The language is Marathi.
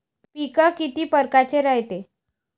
पिकं किती परकारचे रायते?